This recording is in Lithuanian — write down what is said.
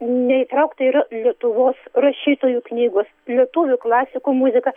neįtraukta yra lietuvos rašytojų knygos lietuvių klasikų muzika